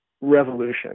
revolution